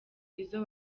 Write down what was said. izo